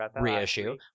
reissue